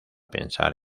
pensar